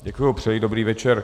Děkuji, přeji dobrý večer.